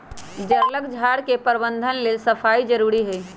जङगल झार के प्रबंधन लेल सफाई जारुरी हइ